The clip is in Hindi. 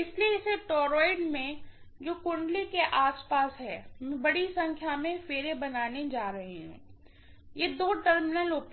इसलिए इस टॉरॉयड में जो वाइंडिंग के आसपास है मैं बड़ी संख्या में फेरे बनाने जा रहा हूं ये दो टर्मिनल हैं उपलब्ध हैं